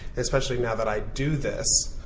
especially now that i do this